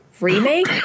remake